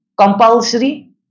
compulsory